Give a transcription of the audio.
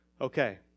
Okay